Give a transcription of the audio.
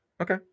Okay